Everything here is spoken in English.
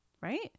right